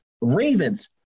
Ravens